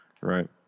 right